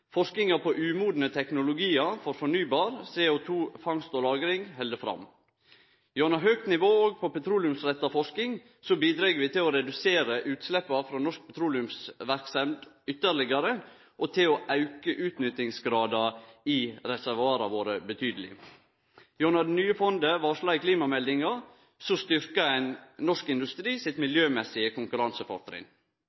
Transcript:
Forskinga på umodne teknologiar for fornybar energi, CO2-fangst og lagring held fram. Gjennom eit høgt nivå også på petroleumsretta forsking, bidreg vi til å redusere utsleppa i norsk petroleumsverksemd ytterlegare og til å auke utnyttingsgrada i reservoara våre betydeleg. Gjennom det nye fondet varsla i klimameldinga styrkjer vi norsk industri sitt